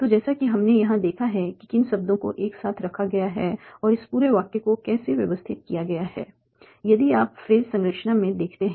तो जैसे कि हमने यहां देखा है कि किन शब्दों को एक साथ रखा गया है और इस पूरे वाक्य को कैसे व्यवस्थित किया गया है यही आप फ्रेज संरचना में देखते हैं